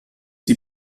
die